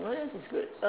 what else is good